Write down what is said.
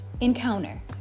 encounter